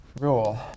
rule